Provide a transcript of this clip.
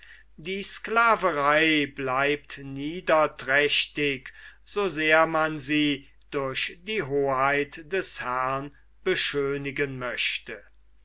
die sklaverei bleibt niederträchtig so sehr man sie durch die hoheit des herrn beschönigen möchte